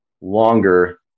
longer